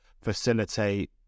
facilitate